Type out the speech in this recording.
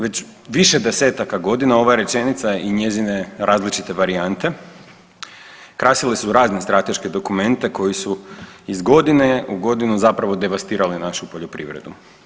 Već više desetaka godina ova rečenica i njezine različite varijante krasile su razne strateške dokumente koji su iz godine u godinu zapravo devastirale našu poljoprivredu.